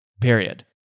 period